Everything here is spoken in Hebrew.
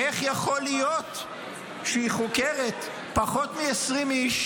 איך יכול להיות שהיא חוקרת פחות מ-20 איש